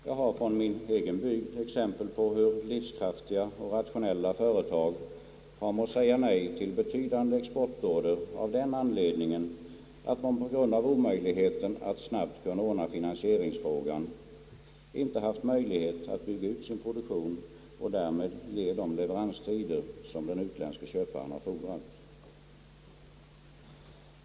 Jag har från min egen bygd exempel på hur livskraftiga och rationella företag har måst säga nej till betydande exportorder av den anledningen att man på grund av omöjligheten att snabbt kunna ordna finansieringsfrågan inte haft möjlighet att bygga ut sin produktion och därmed ge de leveranstider som den utländske köparen fordrat.